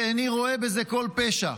ואיני רואה בזה כל פשע.